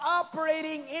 operating